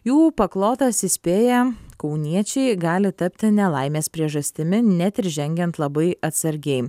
jų paklotas įspėja kauniečiai gali tapti nelaimės priežastimi net ir žengiant labai atsargiai